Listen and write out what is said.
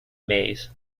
maize